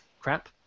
crap